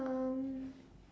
oh